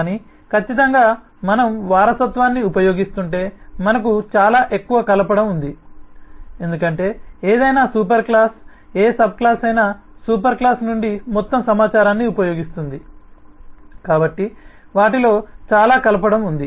కానీ ఖచ్చితంగా మనం వారసత్వాన్ని ఉపయోగిస్తుంటే మనకు చాలా ఎక్కువ కలపడం ఉంది ఎందుకంటే ఏదైనా సూపర్ క్లాస్ ఏ సబ్ క్లాస్ అయినా సూపర్ క్లాస్ నుండి మొత్తం సమాచారాన్ని ఉపయోగిస్తుంది కాబట్టి వాటిలో చాలా కలపడం ఉంది